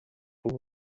por